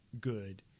good